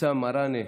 אבתיסאם מראענה,